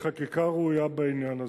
לחקיקה ראויה בעניין הזה.